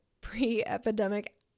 pre-epidemic